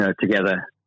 together